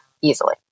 easily